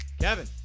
Kevin